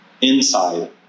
inside